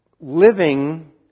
living